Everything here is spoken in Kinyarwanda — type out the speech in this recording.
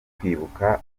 kwibuka